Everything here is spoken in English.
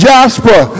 Jasper